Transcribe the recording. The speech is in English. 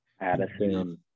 Addison